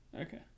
Okay